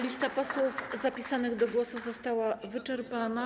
Lista posłów zapisanych do głosu została wyczerpana.